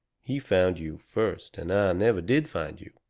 he found you first and i never did find you.